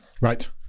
Right